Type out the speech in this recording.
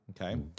Okay